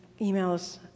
emails